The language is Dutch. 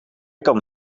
kan